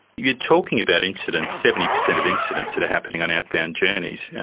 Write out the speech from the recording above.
you're talking about incidents, seventy per cent of incidents, that are happening on outbound journeys